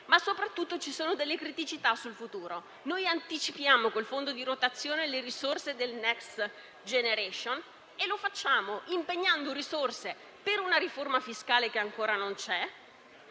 Ma soprattutto ci sono delle criticità sul futuro: anticipiamo con il Fondo di rotazione le risorse del Next generation EU, e lo facciamo impegnando risorse per una riforma fiscale che ancora non c'è,